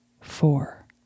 four